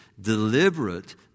deliberate